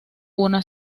una